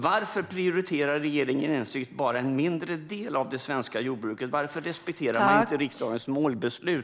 Varför prioriterar regeringen bara en mindre del av det svenska jordbruket? Varför respekterar man inte riksdagens målbeslut?